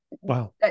Wow